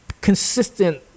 consistent